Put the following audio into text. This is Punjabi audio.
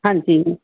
ਹਾਂਜੀ